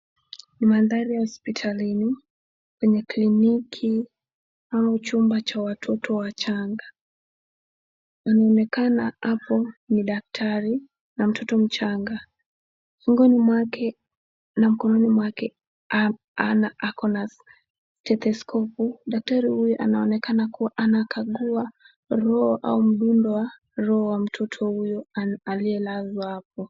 Ni mandhari ya hospitalini, kwenye kliniki au chumba cha watoto wachanga. Mwenye amekaa hapo ni daktari na mtoto mchanga. Shingoni mwake na mkononi mwake ako na stethoscope . Daktari huyu anaonekana kuwa anakagua roho au mdundo wa roho wa mtoto huyo aliyelazwa hapo.